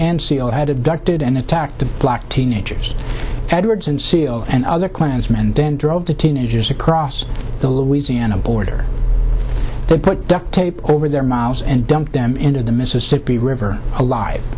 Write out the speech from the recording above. and seal had abducted and attacked the black teenagers edwards and seal and other klansman and then drove the teenagers across the louisiana border they put down tape over their mouse and dumped them into the mississippi river alive